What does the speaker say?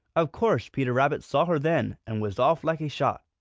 of course peter rabbit saw her then, and was off like a shot.